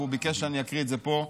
וביקש שאקריא את זה פה.